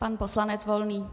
Pan poslanec Volný.